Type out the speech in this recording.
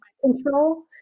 control